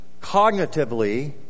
cognitively